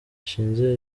bashinze